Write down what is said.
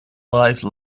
life